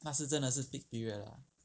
那时真的是 peak period ah